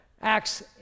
Acts